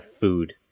food